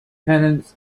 tenants